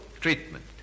treatment